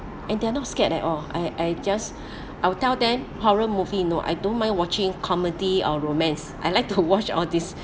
and they're not scared at all I I just I will tell them horror movie no I don't mind watching comedy or romance I like to watch all these